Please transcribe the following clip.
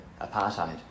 apartheid